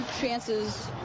chances